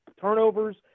turnovers